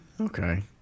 Okay